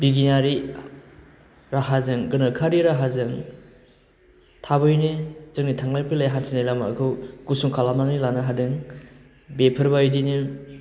बिगियानारि राहाजों गोनोखोआरि राहाजों थाबैनो जोंनि थांलाय फैलाय हान्थिनाय लामाखौ गुसुं खालामनानै लानो हादों बेफोरबायदिनो